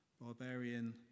barbarian